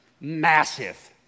massive